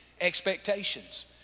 expectations